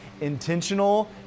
intentional